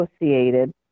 associated